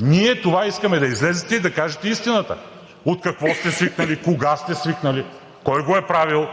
Ние това искаме – да излезете и да кажете истината: от какво сте свикнали, кога сте свикнали, кой го е правил?